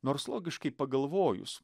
nors logiškai pagalvojus